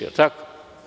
Jel tako?